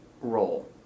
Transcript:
role